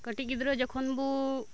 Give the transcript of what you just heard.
ᱠᱟᱴᱤᱡ ᱜᱤᱫᱽᱨᱟᱹ ᱡᱚᱠᱷᱚᱱ ᱵᱚ